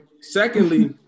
Secondly